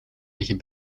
liggen